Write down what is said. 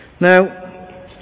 Now